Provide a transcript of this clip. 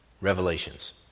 revelations